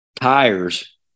tires